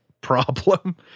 problem